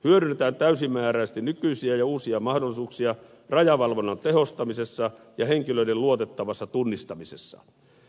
hyödynnetään täysimääräisesti nykyisiä ja uusia mahdollisuuksia rajavalvonnan tehostamisessa ja henkilöiden luotettavassa tunnistamisessa